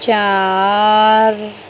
چار